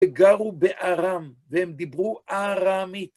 הם גרו בארם, והם דיברו ארמית.